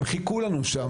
הם חיכו לנו שם,